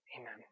Amen